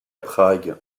prague